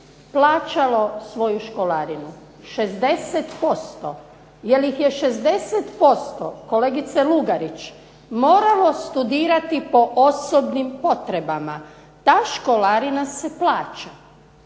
plaćalo svoju školarinu? 60% jer ih je 60%, kolegice Lugarić, moralo studirati po osobnim potrebama. Ta školarina se plaća.